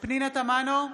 פנינה תמנו,